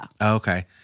Okay